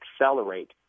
accelerate